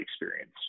experience